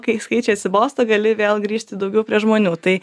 kai skaičiai atsibosta gali vėl grįžti daugiau prie žmonių tai